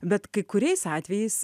bet kai kuriais atvejais